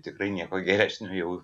tikrai nieko geresnio jau